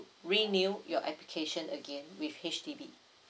renew your application again with H_D_B